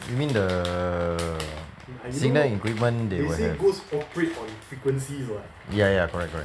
you mean the signal equipment they will have ya ya correct correct